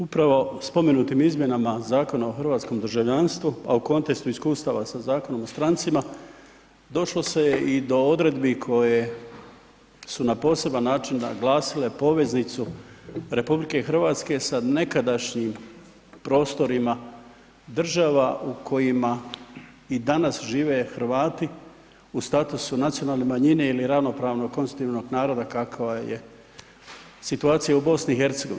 Upravo spomenutim izmjenama Zakona o hrvatskom državljanstvu, a u kontekstu iskustava sa Zakonom o strancima došlo se je i do odredbi koje su na poseban način naglasile poveznicu RH sa nekadašnjim prostorima država u kojima i danas žive Hrvati u statusu nacionalne manjine ili ravnopravnog konstitutivnog naroda kakva je situacija u BiH.